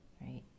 right